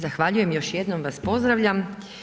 Zahvaljujem i još jednom vas pozdravljam.